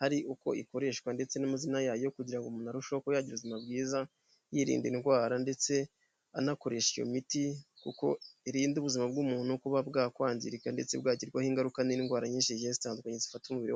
hari uko ikoreshwa ndetse n'amazina yayo kugira ngo umuntu arusheho kuba yagiza ubuzima bwiza yirinda indwara ndetse anakoresha iyo miti kuko irinda ubuzima bw'umuntu kuba bwakwangirika ndetse bwagirwaho ingaruka n'indwara nyinshi zigiye zitandukanye zifata umubiri wacu.